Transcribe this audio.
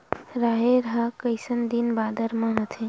राहेर ह कइसन दिन बादर म होथे?